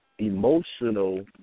emotional